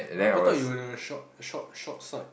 err I thought you were the short short short side